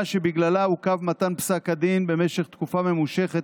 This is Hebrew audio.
שבגללה עוכב מתן פסק הדין במשך תקופה ממושכת,